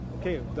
Okay